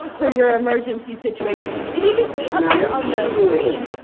for your emergency situation if you can see up here on the screen,